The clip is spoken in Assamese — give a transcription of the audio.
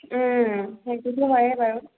ওম সেইটোতো হয়েই বাৰু